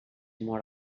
mort